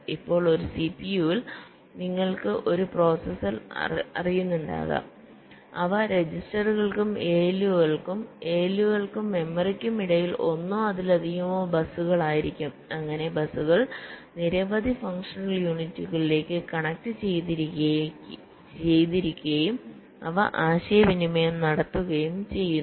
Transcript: ഇപ്പോൾ ഒരു സിപിയുവിൽ നിങ്ങൾ ഒരു പ്രോസസറിൽ അറിയുന്നുണ്ടാകാം അവ രജിസ്റ്ററുകൾക്കും ALU കൾക്കും ALU കൾക്കും മെമ്മറിക്കും ഇടയിൽ ഒന്നോ അതിലധികമോ ബസുകളായിരിക്കാം അങ്ങനെ ബസുകൾ നിരവധി ഫങ്ഷണൽ യൂണിറ്റുകളിലേക്ക് കണക്റ്റുചെയ്തിരിക്കുകയും അവ ആശയവിനിമയം നടത്തുകയും ചെയ്യുന്നു